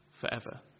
forever